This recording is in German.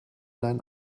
deinen